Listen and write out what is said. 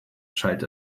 schallte